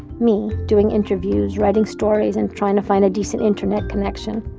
me, doing interviews, writing stories and trying to find a decent internet connection.